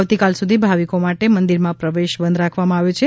આવતીકાલ સુધી ભાવિકો માટે મંદિરમાં પ્રવેશ બંધ રાખવામાં આવ્યો છે